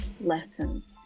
lessons